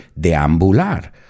deambular